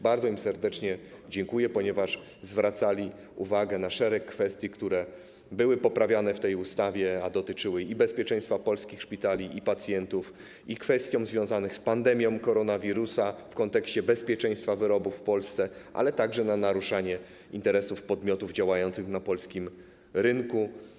Bardzo serdecznie im dziękuję, ponieważ zwracali uwagę na szereg kwestii, które były poprawiane w tej ustawie, a dotyczyły bezpieczeństwa polskich szpitali i pacjentów, pandemii koronawirusa w kontekście bezpieczeństwa wyrobów w Polsce, ale także naruszania interesów podmiotów działających na polskim rynku.